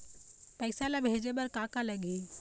पैसा ला भेजे बार का का लगही?